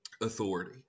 authority